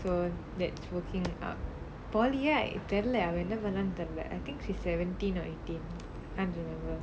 so that's working up polytechnic right தெரில அவ என்ன பண்றனு தெரில:terila ava enna pandranu terila I think she's seventeen or eighteen I don't know